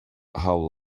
how